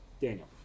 Daniel